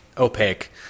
opaque